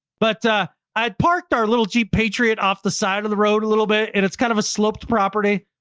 but, i had parked our little jeep patriot off the side of the road a little bit. and it's kind of a sloped property.